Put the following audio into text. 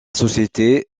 société